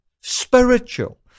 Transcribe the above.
spiritual